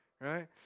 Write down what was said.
right